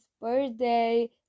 birthday